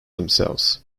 themselves